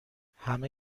همه